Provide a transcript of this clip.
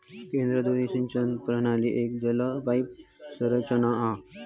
केंद्र धुरी सिंचन प्रणाली एक चल पाईप संरचना हा